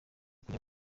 kujya